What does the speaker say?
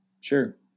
Sure